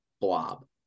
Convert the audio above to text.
blob